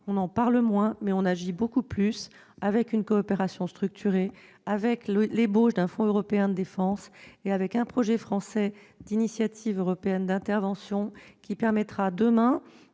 on en parle moins, mais on agit beaucoup plus. Je pense à la coopération structurée, à l'ébauche d'un fonds européen de défense et au projet français d'initiative européenne d'intervention, qui permettra demain